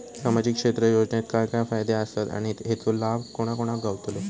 सामजिक क्षेत्र योजनेत काय काय फायदे आसत आणि हेचो लाभ कोणा कोणाक गावतलो?